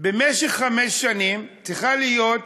במשך חמש שנים צריכה להיות